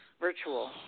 virtual